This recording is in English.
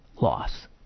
loss